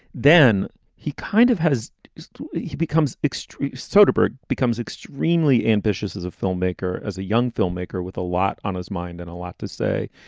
then he kind of has he becomes extreme. soderbergh becomes extremely ambitious as a filmmaker, as a young filmmaker, with a lot on his mind and a lot to say.